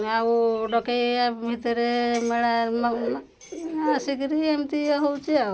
ଆଉ ଡକେଇବା ଭିତରେ ମେଳା ଆସିକିରି ଏମିତି ଇଏ ହଉଛି ଆଉ